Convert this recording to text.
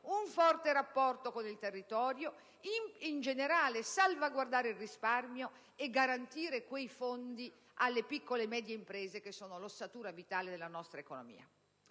un forte rapporto con il territorio, in generale salvaguardare il risparmio e garantire alle piccole e medie imprese quei fondi che sono l'ossatura vitale della nostra economia.